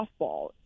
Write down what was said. softball